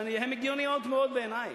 שהן הגיוניות מאוד בעיני,